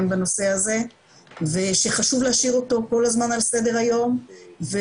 בנושא הזה ושחשוב להשאיר אותו כל הזמן על סדר היום ובאמת